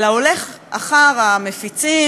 אלא הולך אחר המפיצים,